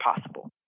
possible